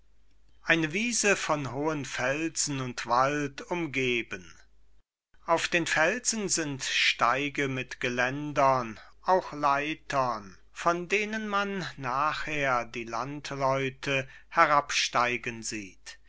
eine wiese von hohen felsen und wald umgeben auf den felsen sind steige mit geländern auch leitern von denen man nachher die landleute herabsteigen sieht